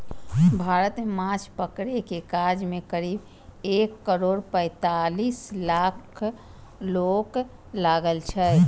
भारत मे माछ पकड़ै के काज मे करीब एक करोड़ पैंतालीस लाख लोक लागल छै